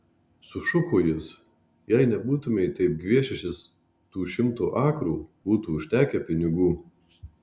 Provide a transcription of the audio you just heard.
sušuko jis jei nebūtumei taip gviešęsis tų šimto akrų būtų užtekę pinigų